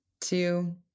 two